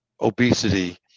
obesity